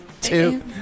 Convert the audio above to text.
Two